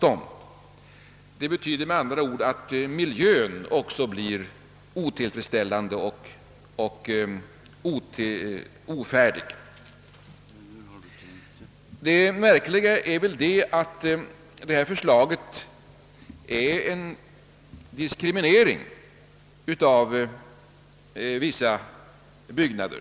Det betyder med andra ord att miljön blir otillfredsställande för dem som bor där. Det märkliga är att förslaget innebär en diskriminering av vissa byggnader.